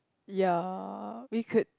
ya we could